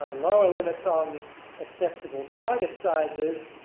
lower limits on acceptable target sizes.